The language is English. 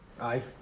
Aye